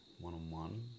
one-on-one